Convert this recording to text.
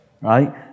Right